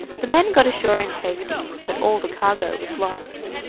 the men got ashore in safety, but all the cargo was lost.